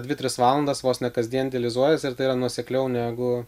dvi tris valandas vos ne kasdien dializuojasi ir tai yra nuosekliau negu